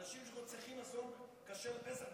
אנשים שצריכים מזון כשר לפסח,